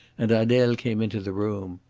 and adele came into the room.